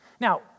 Now